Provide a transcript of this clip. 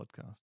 podcast